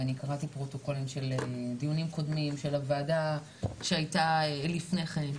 ואני קראתי פרוטוקולים של דיונים קודמים של הוועדה שהייתה לפני כן.